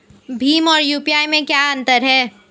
भीम और यू.पी.आई में क्या अंतर है?